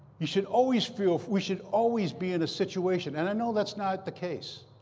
you should always feel we should always be in a situation and i know that's not the case.